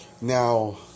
Now